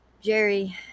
Jerry